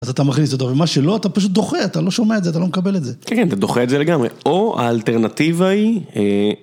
אז אתה מכניס אותו, ומה שלא, אתה פשוט דוחה, אתה לא שומע את זה, אתה לא מקבל את זה. כן, כן, אתה דוחה את זה לגמרי. או האלטרנטיבה היא...